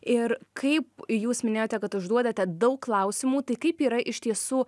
ir kaip jūs minėjote kad užduodate daug klausimų tai kaip yra iš tiesų